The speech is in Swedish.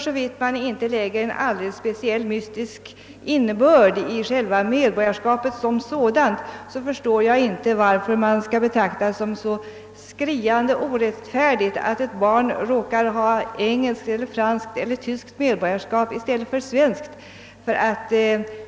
Såvida man inte lägger en alldeles speciell mystisk innebörd i medborgarskapet som sådant förstår jag inte varför man skall betrakta det som så skriande orättfärdigt, att ett barn råkar ha engelskt, franskt eller tyskt medborgarskap i stället för svenskt.